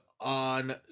on